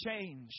change